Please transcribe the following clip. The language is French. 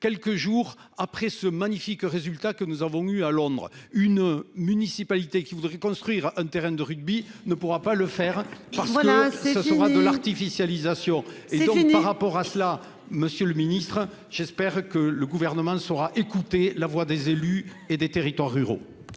Quelques jours après ce magnifique résultat que nous avons eu à Londres une municipalité qui voudrait construire un terrain de rugby ne pourra pas le faire parce que ce sont deux l'artificialisation et donc par rapport à cela, Monsieur le Ministre, j'espère que le gouvernement ne saura écouter la voix des élus et des territoires ruraux.